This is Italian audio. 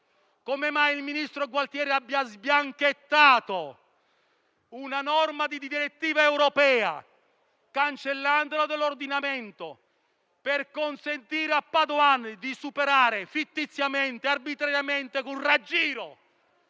domani - il ministro Gualtieri abbia sbianchettato una norma di direttiva europea, cancellandola dall'ordinamento per consentire a Padoan di superare fittiziamente e arbitrariamente con raggiro